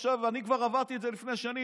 אני כבר עברתי את זה לפני שנים,